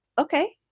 okay